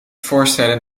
voorstellen